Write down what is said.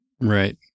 Right